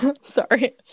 sorry